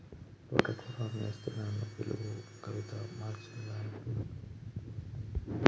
తోటకూర అమ్మొస్తే నన్ను పిలువు కవితా, మా చిన్నదానికి గా కూరంటే ఇష్టం